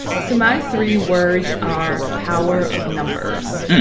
so my three words are power of numbers.